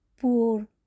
poor